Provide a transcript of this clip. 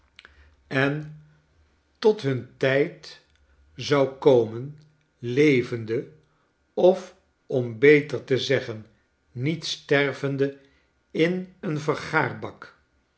en tothun tijdzou komen levende of om beter te zeggen niet stervende in een vergaarbak